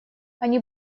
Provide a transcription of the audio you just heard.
они